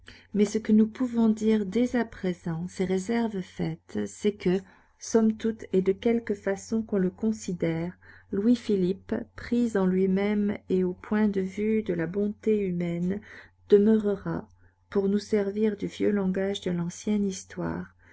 mais ce que nous pouvons dire dès à présent ces réserves faites c'est que somme toute et de quelque façon qu'on le considère louis-philippe pris en lui-même et au point de vue de la bonté humaine demeurera pour nous servir du vieux langage de l'ancienne histoire